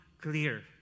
clear